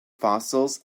fossils